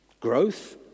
Growth